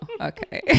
okay